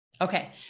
Okay